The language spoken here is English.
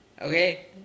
Okay